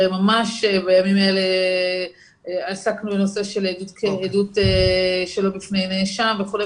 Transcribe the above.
בימים אלה עסקנו בנושא של עדות שלא בפני נאשם וכו'.